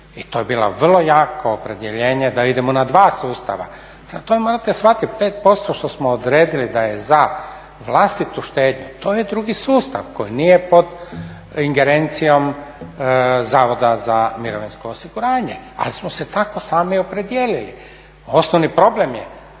i to je bilo vrlo jako opredjeljenje da idemo na dva sustava. Prema tome, morat shvatit 5% što smo odredili da je za vlastitu štednju to je drugi sustav koji nije pod ingerencijom Zavoda za mirovinsko osiguranje, ali smo se tako sami opredijelili. Osnovni problem je